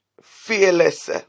fearless